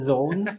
Zone